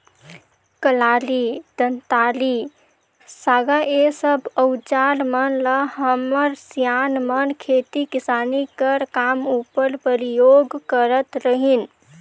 कलारी, दँतारी, साँगा ए सब अउजार मन ल हमर सियान मन खेती किसानी कर काम उपर परियोग करत रहिन